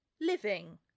living